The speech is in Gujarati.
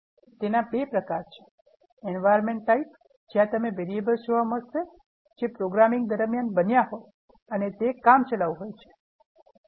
તેના બે પ્રકાર છે Environment type જ્યા તમને variables જોવા મળશે જે પ્રોગ્રામિંગ દરમિયાન બન્યા હોય અને તે કામચલાઉ હોય છે